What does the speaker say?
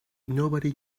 nobody